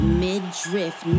mid-drift